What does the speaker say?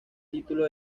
título